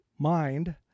mind